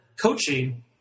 coaching –